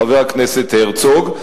חבר הכנסת הרצוג,